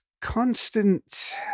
constant